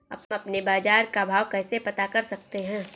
हम अपने बाजार का भाव कैसे पता कर सकते है?